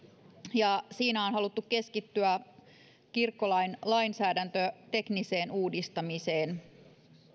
ja siinä on haluttu keskittyä kirkkolain lainsäädäntötekniseen uudistamiseen